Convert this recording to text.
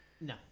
No